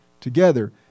together